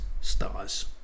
stars